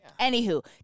Anywho